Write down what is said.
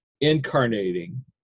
incarnating